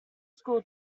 school